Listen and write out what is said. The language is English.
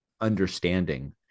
understanding